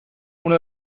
uno